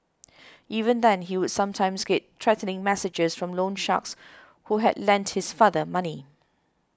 even then he would sometimes get threatening messages from loan sharks who had lent his father money